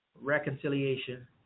reconciliation